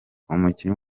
umukinnyi